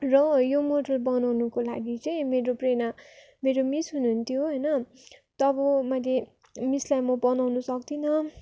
र यो मोडल बनाउनुको लागि चाहिँ मेरो प्रेरणा मेरो मिस हुनुहुन्थ्यो होइन तब मैले मिसलाई मो बनाउनु सक्दिनँ